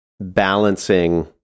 balancing